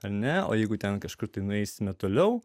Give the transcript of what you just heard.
ar ne o jeigu ten kažkur tai nueisime toliau